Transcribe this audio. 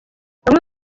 bamwe